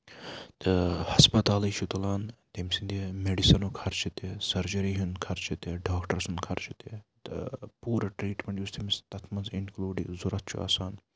تہٕ ہَسپَتالٕے چھُ تُلان تٔمۍ سنٛدِ میڈِسنُک خرچہٕ تہِ سٔرجٔری ہُنٛد خرچہٕ تہِ ڈاکٹر سُنٛد خرچہٕ تہٕ پوٗرٕ ٹریٖٹمینٹ یُس تٔمِس تتھ منٛز اِنکٕلوٗڈ ضرورت چھُ آسان